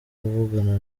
kuvugana